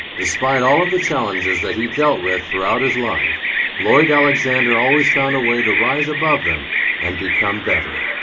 despite all of the challenges that he dealt with throughout his life lloyd alexander always found a way to rise above them and become better.